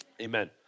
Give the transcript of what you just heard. amen